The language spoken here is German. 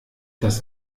das